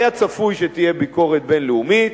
היה צפוי שתהיה ביקורת בין-לאומית,